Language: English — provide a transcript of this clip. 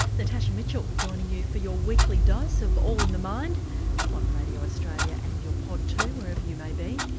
natasha mitchell joining you for your weekly dose of all in the mind on radio australia and your pod too wherever you may be.